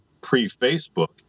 pre-Facebook